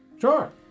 Sure